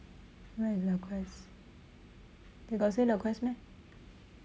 where is le quest they got say le quest meh